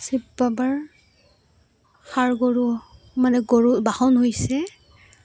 শিৱ বাবাৰ ষাঁড় গৰু মানে গৰু বাহন হৈছে